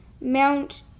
Mount